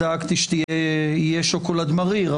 דאגתי שיהיה שוקולד מריר,